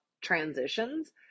transitions